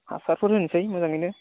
हासारफोर होनोसै मोजाङैनो